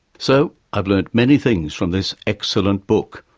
so i've learnt many things from this excellent book.